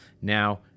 Now